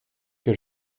que